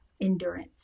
endurance